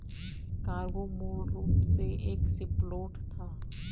cargo मूल रूप से एक शिपलोड था